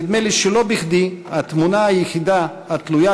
נדמה לי שלא בכדי התמונה היחידה התלויה